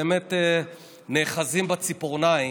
באמת נאחזים בציפורניים.